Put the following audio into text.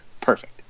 perfect